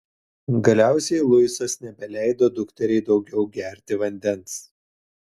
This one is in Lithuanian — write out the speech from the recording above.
galiausiai luisas nebeleido dukteriai daugiau gerti vandens